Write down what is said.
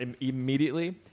immediately